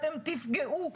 אתם תפגעו.